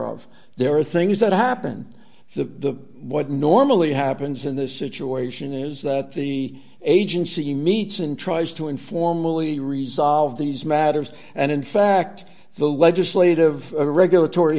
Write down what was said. of there are things that happen the what normally happens in this situation is that the agency meets and tries to informally resolve these matters and in fact the legislative regulatory